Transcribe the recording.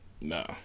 No